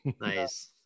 Nice